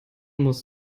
muss